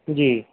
ਜੀ